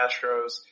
Astros